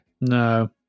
no